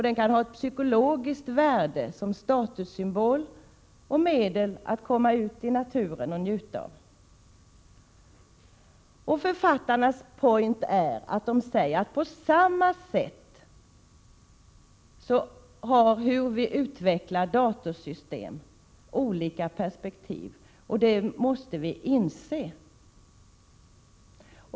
Den kan ha ett psykologiskt värde som statussymbol och som medel att komma ut i naturen och njuta. Författarnas ”point” är att utvecklandet av datorsystem på samma sätt har olika perspektiv, och det måste vi inse.